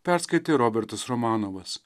perskaitė robertas romanovas